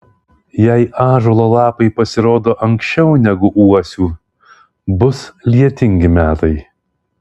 jei ąžuolo lapai pasirodo anksčiau negu uosių bus lietingi metai